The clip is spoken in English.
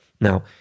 Now